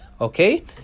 Okay